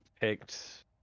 picked